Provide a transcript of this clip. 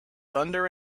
thunder